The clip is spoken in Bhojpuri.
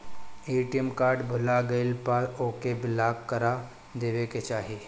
ए.टी.एम कार्ड भूला गईला पअ ओके ब्लाक करा देवे के चाही